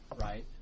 Right